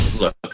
Look